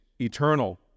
eternal